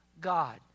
God